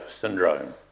syndrome